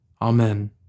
Amen